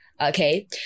Okay